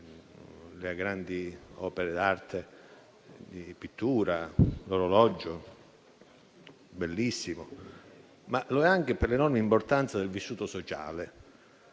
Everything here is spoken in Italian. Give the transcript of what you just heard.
grandi opere d'arte di pittura e un orologio bellissimo - ma anche per l'enorme importanza del vissuto sociale